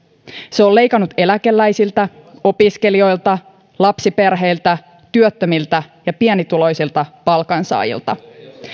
se on leikannut eläkeläisiltä opiskelijoilta lapsiperheiltä työttömiltä ja pienituloisilta palkansaajilta